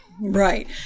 Right